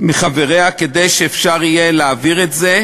מחבריה כדי שאפשר יהיה להעביר את זה,